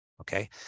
okay